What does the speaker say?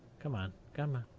come on. come